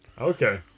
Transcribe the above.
Okay